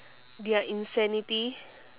their insanity